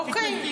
אוקיי.